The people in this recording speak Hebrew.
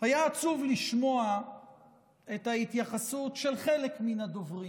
היה עצוב לשמוע את ההתייחסות של חלק מן הדוברים,